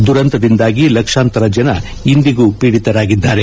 ದುರಂತದಿಂದಾಗಿ ಲಕ್ಷಾಂತರ ಜನರು ಇಂದಿಗೂ ಪೀಡಿತರಾಗಿದ್ದಾರೆ